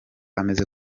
ameze